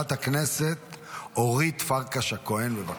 חברת הכנסת אורית פרקש הכהן, בבקשה.